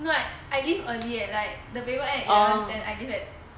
like I leave early leh like the paper end at eleven ten I leave at